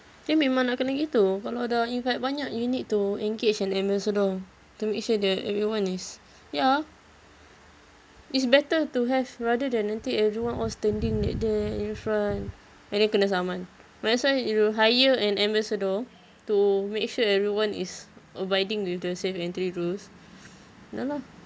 tapi memang nak kena gitu kalau dah invite banyak you need to engage an ambassador to make sure that everyone is ya it's better to have rather than nanti everyone all standing at there in front and then kena saman might as well you hire an ambassador to make sure everyone is abiding with the safe entry rule ya lah